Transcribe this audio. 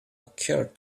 occurred